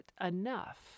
enough